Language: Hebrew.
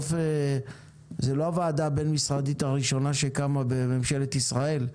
זה לא הוועדה הבין-משרדית הראשונה שקמה בממשלת ישראל,